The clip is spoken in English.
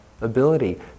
ability